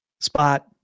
spot